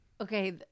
okay